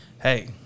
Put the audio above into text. hey